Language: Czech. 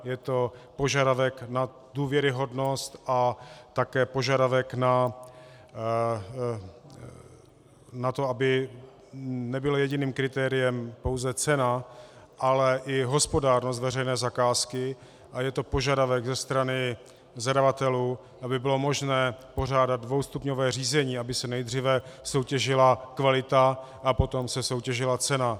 Je to požadavek na důvěryhodnost a také požadavek na to, aby nebyla jediným kritériem pouze cena, ale i hospodárnost veřejné zakázky, a je to požadavek ze strany zadavatelů, aby bylo možné pořádat dvoustupňové řízení, aby se nejdříve soutěžila kvalita, a potom se soutěžila cena.